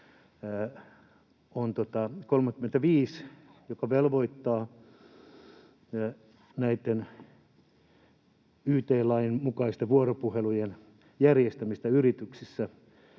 joka velvoittaa näiden yt-lain mukaisten vuoropuhelujen järjestämistä yrityksissä,